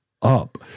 up